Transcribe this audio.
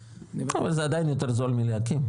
לא, אבל זה עדיין יותר זול מלהקים.